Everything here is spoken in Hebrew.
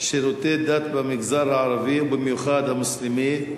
שירותי דת במגזר הערבי ובמיוחד המוסלמי,